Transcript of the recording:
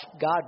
God